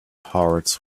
hearts